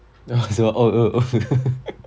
什么 !oi! !oi! !oi!